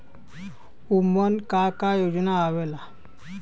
उमन का का योजना आवेला?